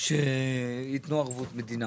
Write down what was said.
ביקשתי שיתנו ערבות מדינה.